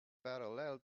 parallel